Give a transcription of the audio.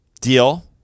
deal